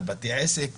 על בתי עסק,